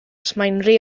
rhy